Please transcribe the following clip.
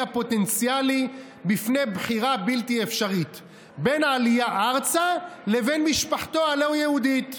הפוטנציאלי בפני בחירה בלתי אפשרית בין עלייה ארצה לבין משפתו הלא-יהודית.